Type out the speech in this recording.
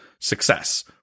success